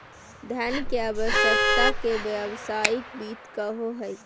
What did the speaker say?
धन के आवश्यकता के व्यावसायिक वित्त कहो हइ